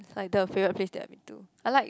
like the favourite place that I've been to I like